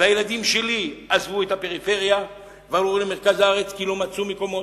והילדים שלי עזבו את הפריפריה ועברו למרכז הארץ כי לא מצאו מקומות,